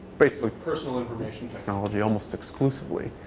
basically personal information technology almost exclusively.